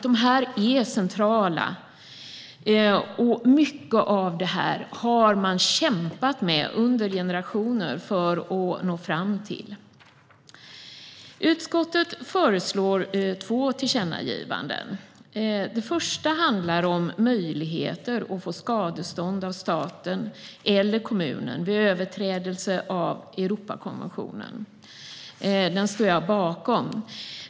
Dessa är centrala, och mycket av det här har man kämpat med under generationer för att nå fram. Utskottet föreslår två tillkännagivanden. Det första handlar om möjligheten att få skadestånd av staten eller kommunen vid överträdelse av Europakonventionen. Det står jag bakom.